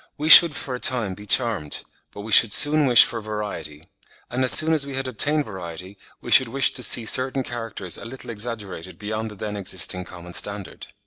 we should for a time be charmed but we should soon wish for variety and as soon as we had obtained variety, we should wish to see certain characters a little exaggerated beyond the then existing common standard.